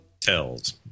tells